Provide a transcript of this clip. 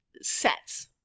sets